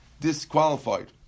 disqualified